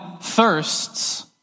thirsts